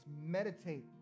meditate